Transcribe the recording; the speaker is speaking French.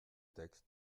texte